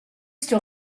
still